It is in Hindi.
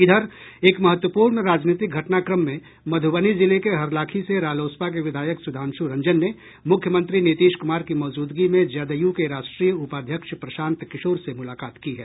इधर एक महत्वपूर्ण राजनीतिक घटनाक्रम में मधुबनी जिले के हरलाखी से रालोसपा के विधायक सुधांशु रंजन ने मुख्यमंत्री नीतीश कुमार की मौजूदगी में जदयू के राष्ट्रीय उपाध्यक्ष प्रशांत किशोर से मुलाकात की है